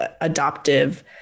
adoptive